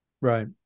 Right